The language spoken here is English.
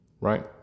right